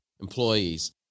employees